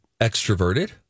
extroverted